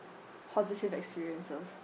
positive experiences